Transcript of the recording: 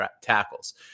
tackles